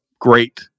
great